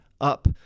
up